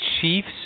Chiefs